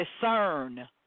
discern